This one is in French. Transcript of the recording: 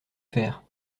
faire